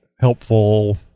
helpful